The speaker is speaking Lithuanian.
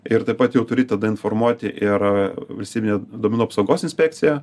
ir taip pat jau turi tada informuoti ir valstybinę duomenų apsaugos inspekciją